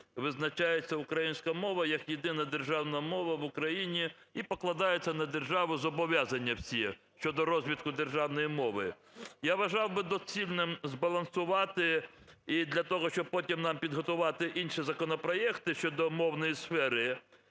визначається українська мова як єдина державна мова в Україні, і покладаються на державу зобов'язання всі щодо розвитку державної мови. Я вважав би доцільним збалансувати, і для того, щоб потім нам підготувати інші законопроекти щодо мовної сфери,